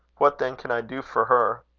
what, then, can i do for her?